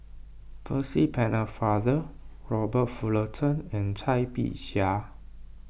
Percy Pennefather Robert Fullerton and Cai Bixia